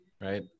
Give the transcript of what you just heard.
right